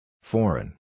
Foreign